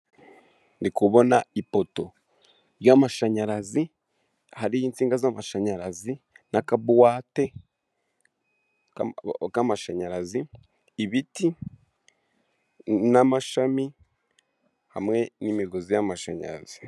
Ndi kubona ipoto y'amashanyarazi hariho insinga z'amashanyarazi n'akabuwate k'amashanyarazi, ibiti n'amashami hamwe n'imigozi y'amashanyarazi.